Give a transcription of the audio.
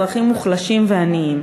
אזרחים מוחלשים ועניים.